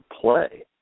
play